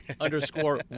underscore